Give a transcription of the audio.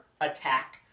attack